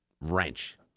wrench